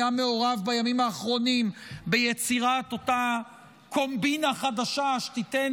היה מעורב בימים האחרונים ביצירת אותה קומבינה חדשה שתיתן